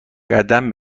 قدم